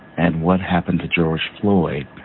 and what happened to george floyd,